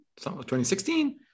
2016